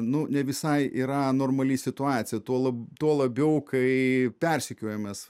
nu ne visai yra normali situacija tuo lab tuo labiau kai persekiojamas